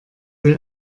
will